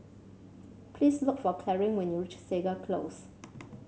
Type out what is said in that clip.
please look for Clarine when you reach Segar Close